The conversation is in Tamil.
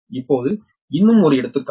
இப்போது இன்னும் ஒரு எடுத்துக்காட்டு